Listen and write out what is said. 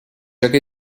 chaque